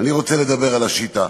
אני רוצה לדבר על השיטה.